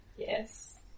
Yes